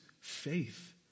faith